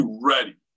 ready